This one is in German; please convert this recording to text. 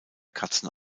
katzen